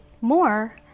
More